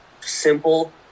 simple